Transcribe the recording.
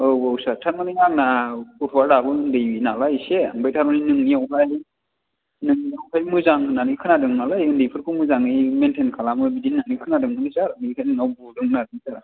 औ औ सार थारमानि आंना गथ'या दाबो उन्दै नालाय इसे उमफाय दा थारमानि नोंनि आव हाय नोंनि आव हाय मोजां होन्नानै खोनादों नालाइ उन्दैफोरखौ मोजाङै मेइनतेइन खालामो बिदि होन्नानै खोनादोंमोन सार बेनिखायनो नोंनाव बुंदोंमोन आरो सार